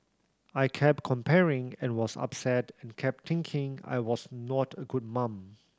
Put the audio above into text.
I kept comparing and was upset and kept thinking I was not a good mum